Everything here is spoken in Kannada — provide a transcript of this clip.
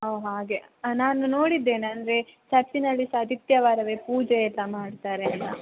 ಓ ಹಾಗೆ ನಾನು ನೋಡಿದ್ದೇನೆ ಅಂದರೆ ಚರ್ಚಿನಲ್ಲಿ ಸಹ ಆದಿತ್ಯವಾರವೆ ಪೂಜೆ ಎಲ್ಲ ಮಾಡ್ತಾರೆ ಅಲ್ಲಾ